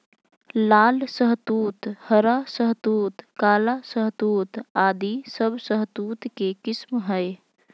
लाल शहतूत, हरा शहतूत, काला शहतूत आदि सब शहतूत के किस्म हय